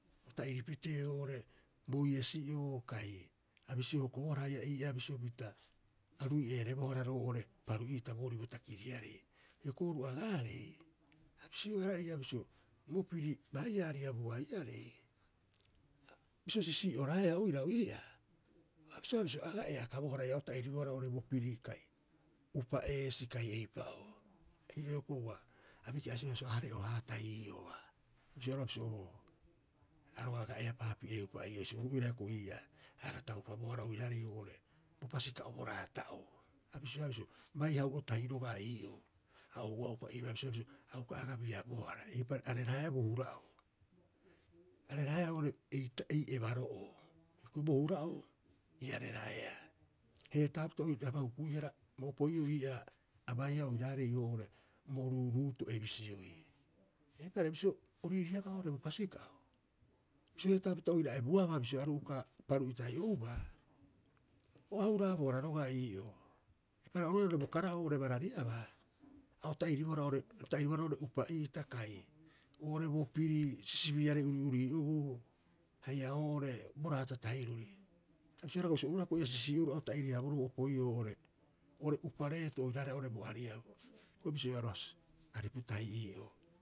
O ta'iri pitee oo'ore boiesi'oo kai a bisio hokobohara haia ii'aa bisio pita a rui'eerebohara roo'ore paruu'iita boori bo takiriarei. Hioko'i oru agaarei a bisioehara ii'aa bisio bo piri baiia ariabuaiarei, bisio sisii'oraeaa oirau ii'aa, a bisio bisio a aga eakabohara ia o ta'iribohara oo'ore bo piri kai, upa eesii kai eipa oo. Ii'oo hioko'i ua, ha biki'asi husi bisio hare'oohaa tahi ii'oo aa. A bisioea roga'a bisio, aro aga eapaapi'eupa ii'oo bisio oru oira hioko'i ii'aa a aga taupabohara oiraarei oo'ore bo pasika'o bo raata'oo. A bisioea bisio, bai hau'o tahi roga'a ii'oo a ouaupa, eipare a bisioe bisio ia uka aga biabohara, eipaareha areraeaa bo hura'oo. Areraeaa oo'ore ei ta, ei ebaro'oo. Hioko'i bo hura'oo iareraeaa, heetapita oiraba hukuihara bo opoi'oo ii'aa abaiia oiraarei oo'ore bo ruuruuto'e bisioi. Eipare bisio o riiriiabaa oo'ore bo pasika'o, bisio heetaapita oira ebuabaa bisio aru uka paru'itai oubaa, o a huraabohara rogaa ii'oo. Eipaareha oru oira oo'ore bo kara'oo oo'ore barariabaa, a o tairibohara oo'ore a o ta'iribohara oo'ore upa'iita kai oo'ore bo piri sisibiiarei uri'uri'obuu, haia oo'ore bo raata tahirori. A bisioea hioko'i bisio, oru oira hioko'i ii'aa sisii'oru'u ia ota'iri- haaboroo boropoi'oo oo'ore oo'ore upa reeto oiraareha oo'ore bo ariabu. Hioko'i aripu tahi ii'oo.